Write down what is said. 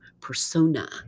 persona